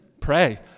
pray